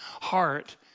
heart